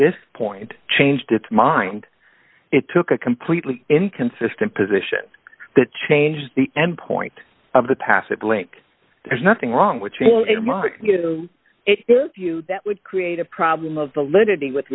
this point changed its mind it took a completely inconsistent position that changed the endpoint of the passive blank there's nothing wrong with their view that would create a problem of the lit